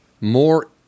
more